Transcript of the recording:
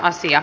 asia